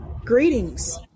greetings